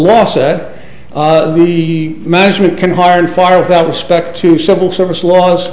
law said the management can hire and fire without respect to civil service laws